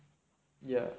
ya